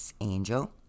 angel